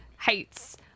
hates